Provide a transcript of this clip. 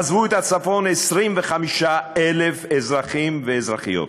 עזבו את הצפון 25,000 אזרחים ואזרחיות.